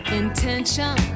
intention